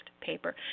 paper